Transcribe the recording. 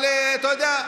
אבל אתה יודע,